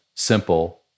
Simple